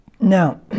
Now